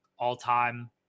all-time